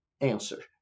answer